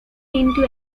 into